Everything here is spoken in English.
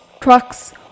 trucks